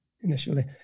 initially